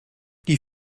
die